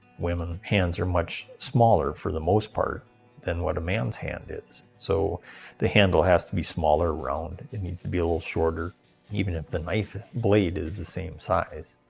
women hands are much smaller for the most part than what a man's hand is, so the handle has to be smaller, round, it needs to be a little shorter even if the knife blade is the same size.